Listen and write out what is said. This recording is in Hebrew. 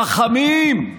רחמים,